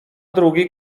drugi